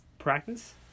practice